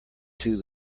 two